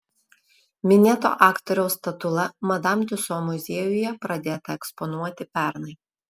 minėto aktoriaus statula madam tiuso muziejuje pradėta eksponuoti pernai